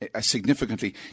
Significantly